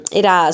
era